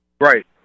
Right